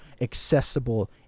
accessible